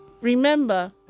Remember